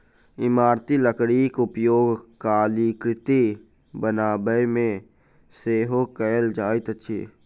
इमारती लकड़ीक उपयोग कलाकृति बनाबयमे सेहो कयल जाइत अछि